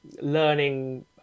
learning